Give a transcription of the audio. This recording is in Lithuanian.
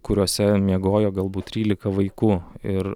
kuriuose miegojo galbūt trylika vaikų ir